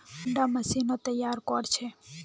कुंडा मशीनोत तैयार कोर छै?